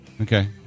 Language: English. Okay